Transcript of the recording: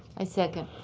i second.